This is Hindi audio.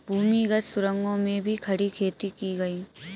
भूमिगत सुरंगों में भी खड़ी खेती की गई